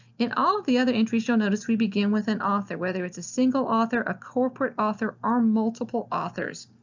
in all the other entries you'll notice we begin with an author, whether it's a single author a corporate author or multiple authors,